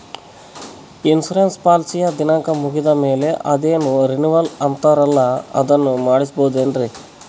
Insurance ಪಾಲಿಸಿಯ ದಿನಾಂಕ ಮುಗಿದ ಮೇಲೆ ಅದೇನೋ ರಿನೀವಲ್ ಅಂತಾರಲ್ಲ ಅದನ್ನು ಮಾಡಿಸಬಹುದೇನ್ರಿ?